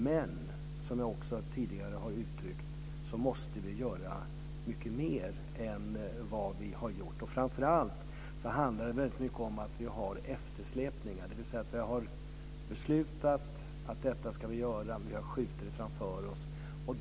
Men, som jag också tidigare har uttryckt, vi måste göra mycket mer än vad vi har gjort. Framför allt handlar det väldigt mycket om att vi har eftersläpningar, dvs. vi har beslutat att detta ska vi göra, men vi har skjutit det framför oss.